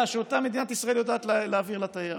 שאותה מדינת ישראל יודעת להעביר לתייר.